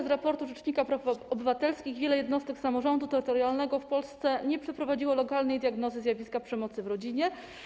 Z raportu rzecznika praw obywatelskich wynika, że wiele jednostek samorządu terytorialnego w Polsce nie przeprowadziło lokalnej diagnozy zjawiska przemocy w rodzinie.